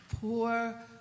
poor